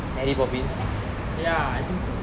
ya I think so